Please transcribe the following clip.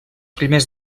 primers